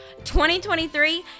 2023